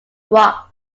rock